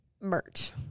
merch